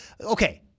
okay